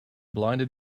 blinded